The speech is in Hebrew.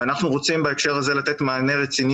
ואנחנו רוצים בהקשר הזה לתת מענה רציני